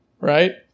Right